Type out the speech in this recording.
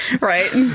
Right